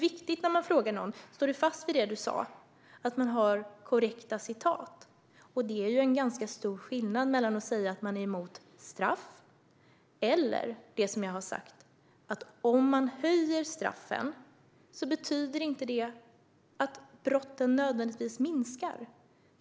Om man frågar om någon står fast vid det som sagts är det viktigt att också ha korrekta citat. Och det är ju ganska stor skillnad mellan att vara mot straff och att säga det jag har sagt: att höjda straff inte nödvändigtvis betyder att brotten minskar.